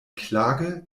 klage